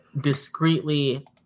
discreetly